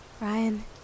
Ryan